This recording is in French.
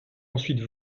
ensuite